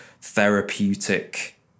therapeutic